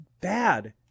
bad